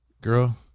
girl